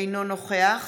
אינו נוכח